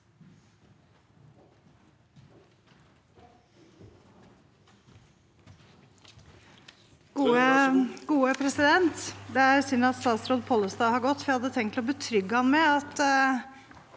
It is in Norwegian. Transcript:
(H) Det er synd at statsråd Pollestad har gått, for jeg hadde tenkt å betrygge ham med at